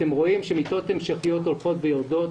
אתם רואים שמיטות המשכיות הולכות ויורדות.